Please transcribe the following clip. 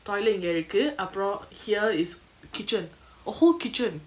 toilet இங்க இருக்கு அப்ரோ:inga iruku apro here is kitchen a whole kitchen